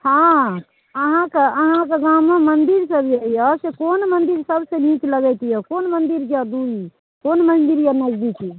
हँ अहाँके अहाँके गाममे मन्दिरसभ जे यए से कोन मन्दिर सभसँ नीक लगैत यए कोन मन्दिर यए दूरी कोन मन्दिर यए नजदीकी